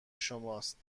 شماست